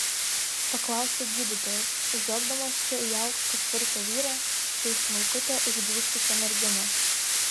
paklausė gydytojas žvelgdamas čia į aukštą tvirtą vyrą čia į smulkutę išblyškusią merginą